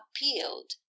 appealed